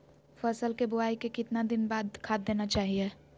फसल के बोआई के कितना दिन बाद खाद देना चाइए?